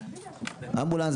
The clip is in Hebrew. אמבולנס,